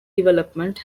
development